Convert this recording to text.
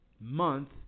month